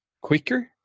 quicker